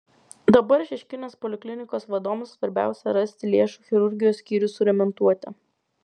dabar šeškinės poliklinikos vadovams svarbiausia rasti lėšų chirurgijos skyrių suremontuoti